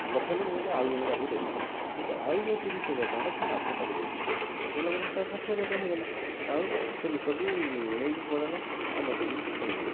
ଲକ୍ଷ୍ୟ ନାଇ ମୁଁ କହିଲି ଆଉ ଜଣେ କାହାକୁ ଦେଲି କିନ୍ତୁ ଆଉ ଯୋଉ ତିରିଶ ହଜାର ଟଙ୍କାଟା ପୁଣିଥରେ ତାକୁ ଦେଇଦେଲି ଦେଲାପରେ ତା'ର ଷାଠିଏ ହଜାର ଟଙ୍କା ହେଇଗଲା ଆଉ ସେଇ ଲୋକଟି ନେଇକି ପଳେଇଲା ଆଉ ମୋତେ ବି କିଛି କହିଲାନି